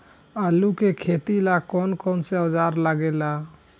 आलू के खेती ला कौन कौन औजार लागे ला?